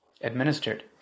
administered